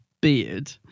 beard